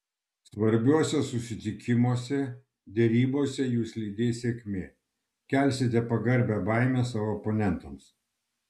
svarbiuose susitikimuose derybose jus lydės sėkmė kelsite pagarbią baimę savo oponentams